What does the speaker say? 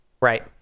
right